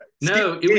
No